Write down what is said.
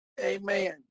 Amen